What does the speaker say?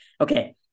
Okay